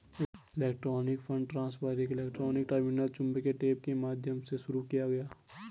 electronic fund transfer एक electronic terminal चुंबकीय tape के माध्यम से शुरू किया गया